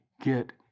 get